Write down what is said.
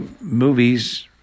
movies